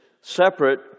separate